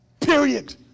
Period